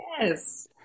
Yes